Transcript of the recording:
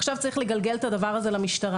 עכשיו צריך לגלגל את הדבר הזה למשטרה.